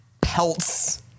pelts